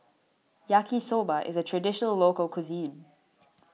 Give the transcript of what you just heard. Yaki Soba is a Traditional Local Cuisine